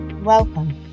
Welcome